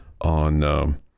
on